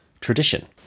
Tradition